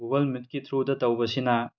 Google ꯃꯤꯠꯀꯤ ꯊ꯭ꯔꯨꯗ ꯇꯧꯕꯁꯤꯅ